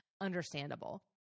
understandable